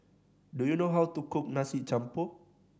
do you know how to cook Nasi Campur